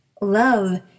Love